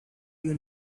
you